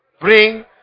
Bring